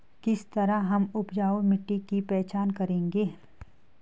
किस तरह हम उपजाऊ मिट्टी की पहचान करेंगे?